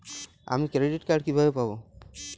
আমি credit card কিভাবে পাবো?